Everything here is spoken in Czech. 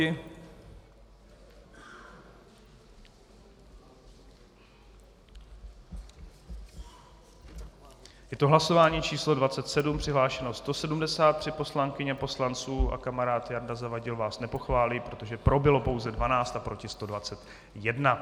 Je to hlasování číslo 27, přihlášeno 173 poslankyň a poslanců a kamarád Jarda Zavadil vás nepochválí, protože pro bylo pouze 12 a proti 121.